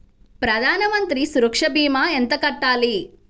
ప్రధాన మంత్రి సురక్ష భీమా ఎంత కట్టాలి?